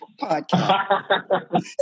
podcast